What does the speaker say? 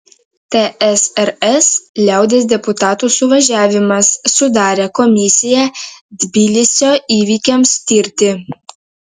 tsrs liaudies deputatų suvažiavimas sudarė komisiją tbilisio įvykiams tirti